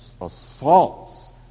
assaults